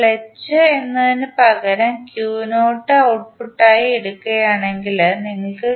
ഇപ്പോൾ h എന്നതിനുപകരം നിങ്ങൾ ഔട്ട്പുട്ടായി എടുക്കുകയാണെങ്കിൽ നിങ്ങൾക്ക്